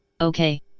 Okay